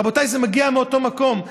רבותיי, זה מגיע מאותו מקום.